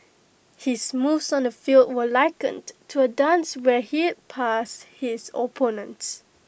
his moves on the field were likened to A dance where he'd past his opponents